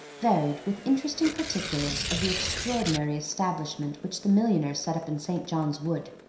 varied with interesting particulars of the extraordinary establishment which the millionaire set up in st. john's wood.